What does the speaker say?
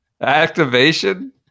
activation